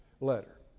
letter